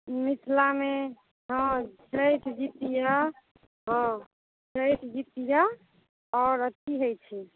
मिथिलामे हॅं छठि जितिया हॅं छठि जितिया आर अथी होइ छै